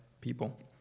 people